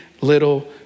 little